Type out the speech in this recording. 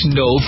no